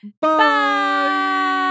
Bye